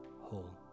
whole